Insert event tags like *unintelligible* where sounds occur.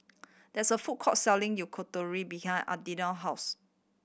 there is a food court selling *unintelligible* behind *unintelligible* house